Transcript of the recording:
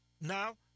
Now